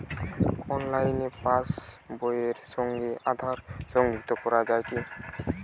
অনলাইনে পাশ বইয়ের সঙ্গে আধার সংযুক্তি করা যায় কি?